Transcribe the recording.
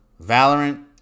Valorant